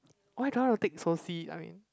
why do I wanna take Soci I mean